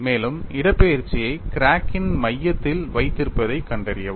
மேலும் இடப்பெயர்ச்சியை கிராக்கின் மையத்தில் வைத்திருப்பதைக் கண்டறியவும்